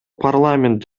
парламент